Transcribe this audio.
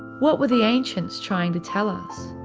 what were the ancients trying to tell us?